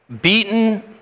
beaten